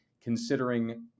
considering